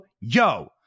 yo